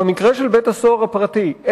במקרה של בית-הסוהר הפרטי,